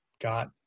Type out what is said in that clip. got